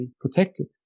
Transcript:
protected